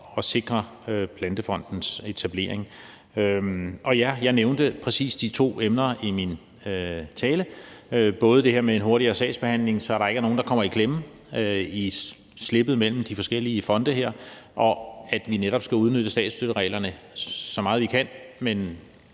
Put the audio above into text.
at sikre Plantefondens etablering. Og ja, jeg nævnte præcis de to emner i min tale, både det her med en hurtigere sagsbehandling, så der ikke er nogen, der kommer i klemme i slippet mellem de forskellige fonde, og at vi netop skal udnytte statsstøttereglerne så meget, vi kan, men